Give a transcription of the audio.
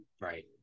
right